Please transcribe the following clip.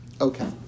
Okay